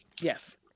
yes